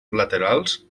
laterals